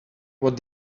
what